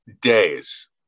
days